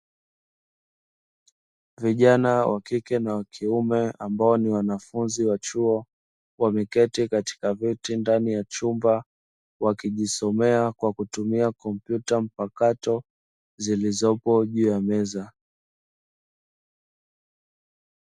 Vijana wa kike na wakiume ambao ni wanafunzi wa chuo wameketi katika viti ndani ya chumba, wakijisomea kwa kutumia kompyuta mpakato zilizopo juu ya meza.